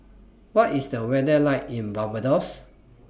What IS The weather like in Barbados